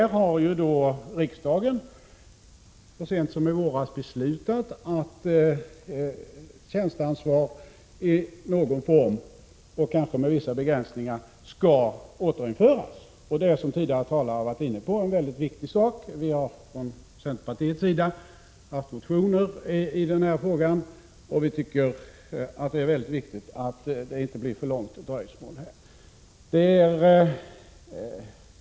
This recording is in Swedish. Riksdagen har så sent som i våras beslutat att tjänsteansvar i någon form och kanske med vissa begränsningar skall återinföras, och det är, som tidigare talare varit inne på, en mycket viktig åtgärd. Vi har från centerpartiets sida väckt motioner i denna fråga, och vi tycker att det är mycket viktigt att det inte blir ett för långt dröjsmål på denna punkt.